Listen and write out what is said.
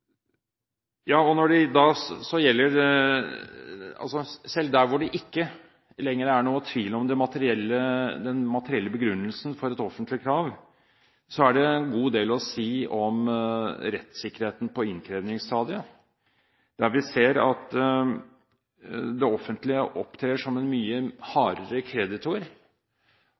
Selv der det ikke lenger er noen tvil om den materielle begrunnelsen for et offentlig krav, er det en god del å si om rettssikkerheten på innkrevingsstadiet. Vi ser at det offentlige opptrer som en mye hardere kreditor,